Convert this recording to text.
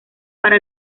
para